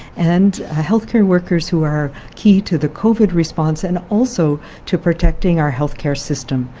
and ah health care workers who are key to the covid response and also to protecting our health care system.